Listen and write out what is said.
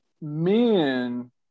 men